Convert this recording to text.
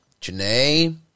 Janae